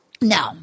No